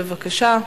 בבקשה.